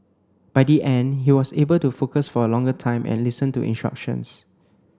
by the end he was able to focus for a longer time and listen to instructions